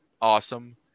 awesome